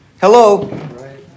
Hello